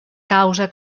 causa